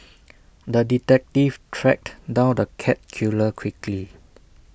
the detective tracked down the cat killer quickly